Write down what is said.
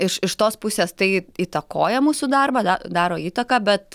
iš iš tos pusės tai įtakoja mūsų darbą da daro įtaką bet